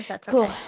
Cool